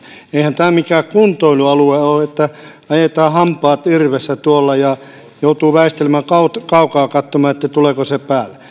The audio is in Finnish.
eihän tämä mikään kuntoilualue ole että ajetaan hampaat irvessä tuolla ja joutuu väistelemään kaukaa katsomaan että tuleeko se päälle